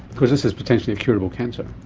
because this is potentially a curable cancer.